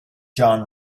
john